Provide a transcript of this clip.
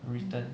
mm